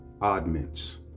oddments